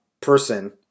person